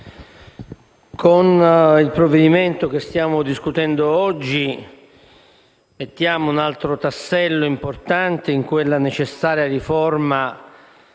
con il provvedimento che stiamo discutendo oggi mettiamo un altro tassello importante a quella necessaria riforma